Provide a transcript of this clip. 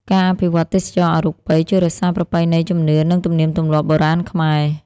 ការអភិវឌ្ឍទេសចរណ៍អរូបី ជួយរក្សារប្រពៃណីជំនឿ និងទំនៀមទម្លាប់បុរាណខ្មែរ។